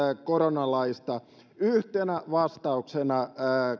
koronalaista yhtenä vastauksena